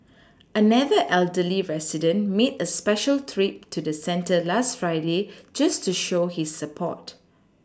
another elderly resident made a special trip to the centre last Friday just to show his support